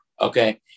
okay